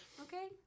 Okay